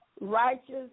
righteous